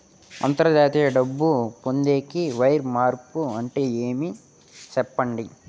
అంతర్జాతీయ డబ్బు పొందేకి, వైర్ మార్పు అంటే ఏమి? సెప్పండి?